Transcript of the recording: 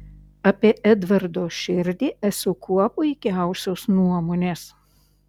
apie edvardo širdį esu kuo puikiausios nuomonės